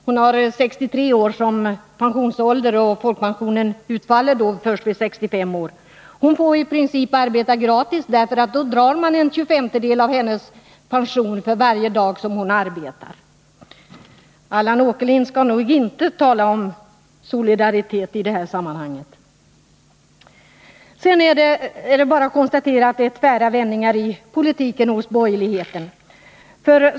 Hon har 63 år som pensionsålder, och folkpensionen utfaller först vid 65 år. I princip måste hon arbeta gratis, eftersom en tjugofemtedel av hennes pension dras av varje dag som hon arbetar. Allan Åkerlind bör nog inte tala om solidaritet i detta sammanhang. Sedan är det bara att konstatera att det är tvära vändningar i de borgerligas politik.